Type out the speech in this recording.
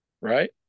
Right